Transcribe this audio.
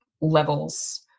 levels